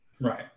Right